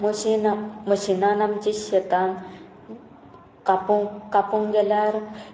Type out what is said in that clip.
machine मशीनान आमचे शेतांत कापूंक कापूंक गेल्यार